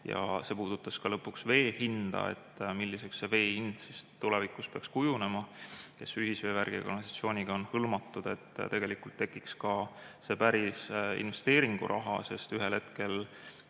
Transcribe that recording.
ja see puudutas lõpuks vee hinda ja seda, milliseks see vee hind tulevikus peaks kujunema neile, kes ühisveevärgi ja ‑kanalisatsiooniga on hõlmatud, et tegelikult tekiks ka see päris investeeringuraha, sest ühel hetkel